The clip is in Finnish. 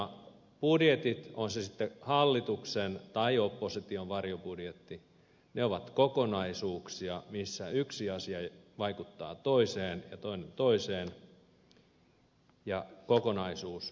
budjetit ovat ne sitten hallituksen budjetteja tai opposition varjobudjetteja ovat kokonaisuuksia joissa yksi asia vaikuttaa yhteen ja toinen toiseen ja kokonaisuus ratkaisee